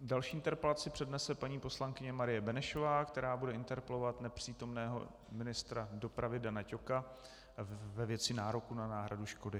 Další interpelaci přednese paní poslankyně Marie Benešová, která bude interpelovat nepřítomného ministra dopravy Dana Ťoka ve věci nároku na náhradu škody.